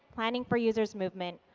planning for user's movement,